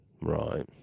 right